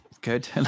Good